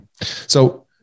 So-